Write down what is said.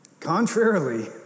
Contrarily